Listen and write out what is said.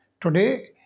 Today